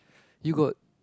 you got